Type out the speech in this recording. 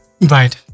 right